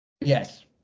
Yes